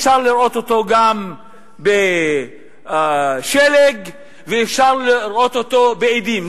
אפשר לראות אותם גם כשלג ואפשר לראות אותם גם כאדים.